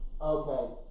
Okay